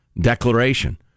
declaration